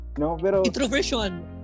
Introversion